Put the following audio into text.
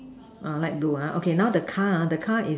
uh light blue uh okay now the car ah the car is